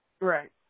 right